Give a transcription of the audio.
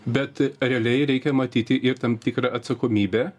bet realiai reikia matyti ir tam tikrą atsakomybę